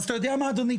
אתה יודע מה אדוני?